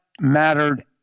mattered